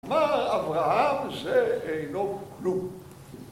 אמר אברהם זה אינו כלום